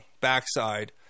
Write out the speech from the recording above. backside